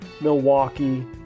Milwaukee